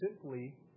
simply